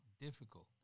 difficult